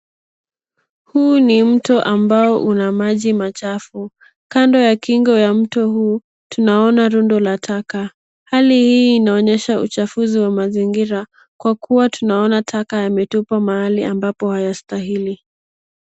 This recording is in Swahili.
Huu ni mto ambao una maji machafu, kando ya kingo ya mto huu tunaona rundo la taka. Hali hii inaonyesha uchafuzi wa mazingira kwa kuwa tunaona taka yametupwa mahali ambapo hayastahili.